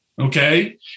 okay